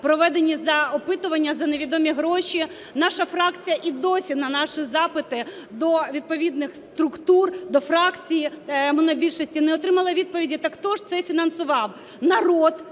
проведені в опитуванні за невідомі гроші. Наша фракція і досі на наші запити до відповідних структур, до фракції монобільшості не отримала відповіді, так хто ж це фінансував: народ,